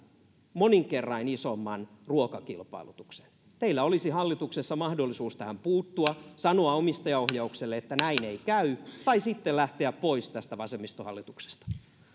monin kerroin isomman ruokakilpailutuksen teillä olisi hallituksessa mahdollisuus tähän puuttua sanoa omistajaohjaukselle että näin ei käy tai sitten lähteä pois tästä vasemmistohallituksesta